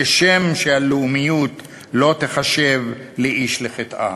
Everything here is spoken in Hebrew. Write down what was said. כשם שהלאומיות לא תיחשב לאיש לחטאה.